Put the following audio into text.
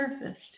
surfaced